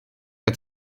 der